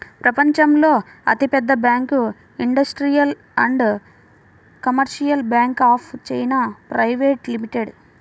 ప్రపంచంలో అతిపెద్ద bank industrial and commercial bank of China private limited